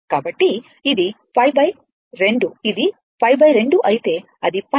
కాబట్టి ఇది π 2 అది π 2 అయితే అది π